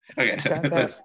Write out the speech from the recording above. Okay